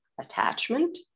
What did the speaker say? Attachment